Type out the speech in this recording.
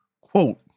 Quote